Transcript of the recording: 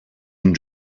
and